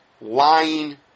lying